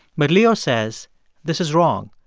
but leo says this is wrong.